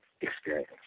experience